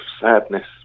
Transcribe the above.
sadness